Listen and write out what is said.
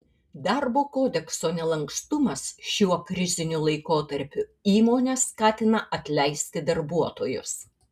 darbo kodekso nelankstumas šiuo kriziniu laikotarpiu įmones skatina atleisti darbuotojus